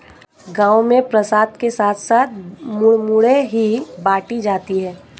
गांव में प्रसाद के साथ साथ मुरमुरे ही बाटी जाती है